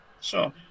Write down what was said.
Sure